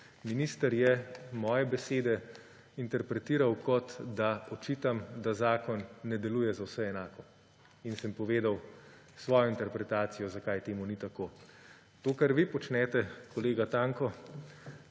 Minister je moje besede interpretiral, kot da očitam, da zakon ne deluje za vse enako, in sem povedal svojo interpretacijo, zakaj to ni tako. To, kar vi počnete, kolega Tanko,